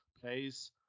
plays